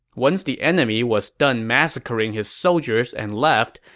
once the enemy was done massacring his soldiers and left,